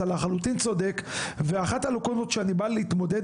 אתה לחלוטין צודק ואחת הלקונות שאני בא להתמודד